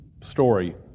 story